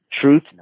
truth